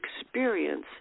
experience